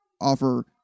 offer